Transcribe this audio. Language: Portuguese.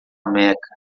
meca